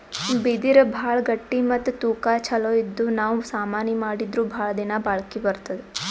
ಬಿದಿರ್ ಭಾಳ್ ಗಟ್ಟಿ ಮತ್ತ್ ತೂಕಾ ಛಲೋ ಇದ್ದು ನಾವ್ ಸಾಮಾನಿ ಮಾಡಿದ್ರು ಭಾಳ್ ದಿನಾ ಬಾಳ್ಕಿ ಬರ್ತದ್